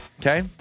Okay